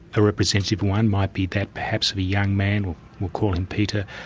a representative one might be that perhaps of a young man, we'll call him peter,